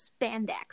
spandex